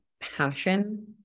passion